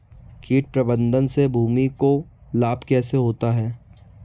कीट प्रबंधन से भूमि को लाभ कैसे होता है?